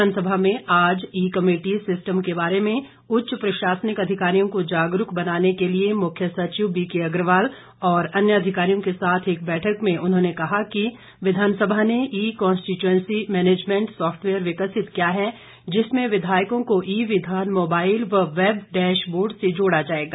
विधानसभा में आज e committee system के बारे में उच्च प्रशासनिक अधिकारियों को जागरूक बनाने के लिए मुख्य सचिव बीके अग्रवाल और अन्य अधिकारियों के साथ एक बैठक में उन्होंने कहा कि विधानसभा ने ई कन्स्टिच्अन्सी मैनेजमेंट सॉफ्टवेयर विकसित किया है जिसमें विधायकों को ई विधान मोबाइल व वेब डैश बोर्ड से जोड़ा जाएगा